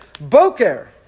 Boker